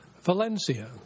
Valencia